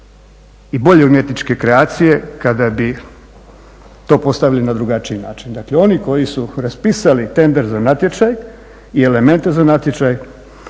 i bolje umjetničke kreacije kada bi to postavili na drugačiji način. Dakle oni koji su raspisali tender za natječaj i elemente za natječaj